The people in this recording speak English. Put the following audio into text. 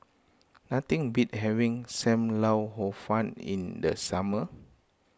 nothing beat having Sam Lau Hor Fun in the summer